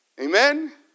Amen